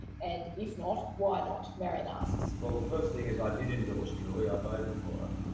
and if not, why not, marion asks. well, the first thing is i did endorse julie. i voted for